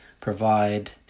provide